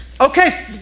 Okay